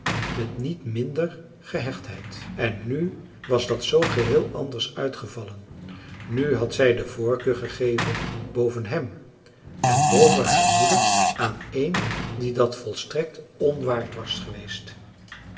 met niet minder gehechtheid en nu was dat zoo geheel anders uitgevallen nu had zij de voorkeur gegeven boven hem en boven haar moeder aan een die dat volstrekt onwaard was geweest